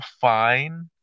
fine